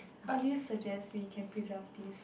how do you suggest we can preserve this